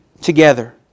together